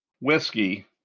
whiskey